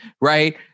right